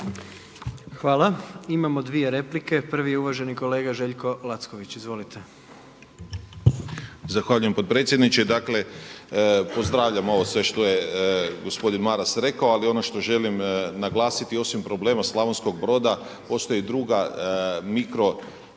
Hvala. Imamo dvije replike. Prvi je uvaženi kolega Željko Lacković. Izvolite. **Lacković, Željko (Nezavisni)** Zahvaljujem potpredsjedniče. Dakle, pozdravljam ovo sve što je gospodin Maras rekao, ali ono što želim naglasiti osim problema Slavonskog Broda, postoje i druga mikro